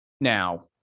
Now